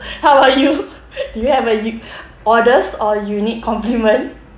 how about you do you have a u~ honest or unique compliment